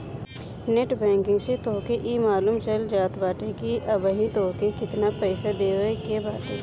net banking से तोहके इ मालूम चल जात बाटे की अबही तोहके केतना पईसा देवे के बाटे